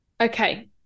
Okay